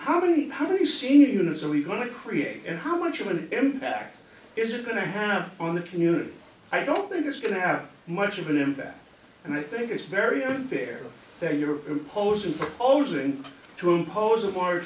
how many how many senior units are we going to create and how much of an impact is it going to have on the community i don't think it's going to have much of an impact and i think it's very unfair there you are imposing proposing to impose a mor